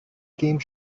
game